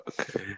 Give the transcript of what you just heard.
Okay